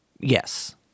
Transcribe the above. Yes